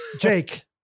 Jake